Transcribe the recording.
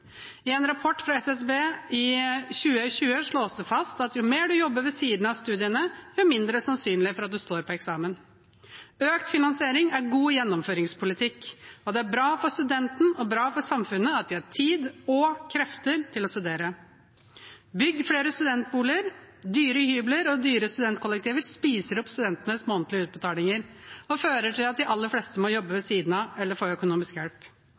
I en rapport fra SSB fra 2020 slås det fast at jo mer man jobber ved siden av studiene, jo mindre er sannsynligheten for at man står på eksamen. Økt finansiering er god gjennomføringspolitikk, og det er bra for studenten og bra for samfunnet at de har tid og krefter til å studere. Bygg flere studentboliger. Dyre hybler og dyre studentkollektiver spiser opp studentenes månedlige utbetalinger og fører til at de aller fleste må jobbe ved siden av eller få økonomisk hjelp.